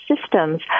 systems